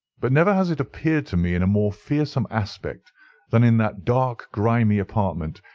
but never has it appeared to me in a more fearsome aspect than in that dark grimy apartment,